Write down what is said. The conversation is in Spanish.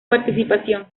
participación